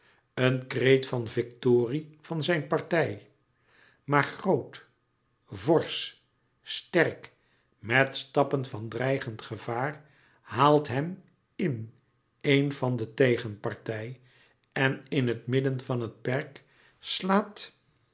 een kreet van victorie van zijn partij maar groot forsch sterk met stappen van dreigend gevaar haalt hem in een van de tegenpartij en in het midden van het perk slaat